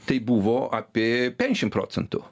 tai buvo apie penkiasdešim procentų